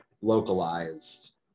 localized